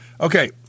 Okay